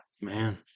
Man